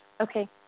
Okay